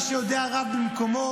מי שיודע על רב במקומו,